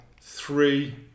three